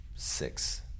Six